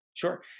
Sure